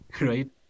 right